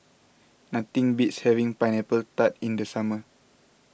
nothing beats having Pineapple Tart in the summer